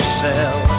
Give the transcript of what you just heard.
sell